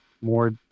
more